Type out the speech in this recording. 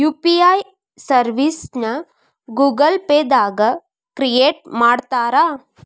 UPI ಸರ್ವಿಸ್ನ Google Pay ದಾಗ create ಮಾಡ್ತಾರಾ